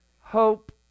hope